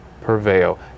prevail